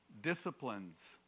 disciplines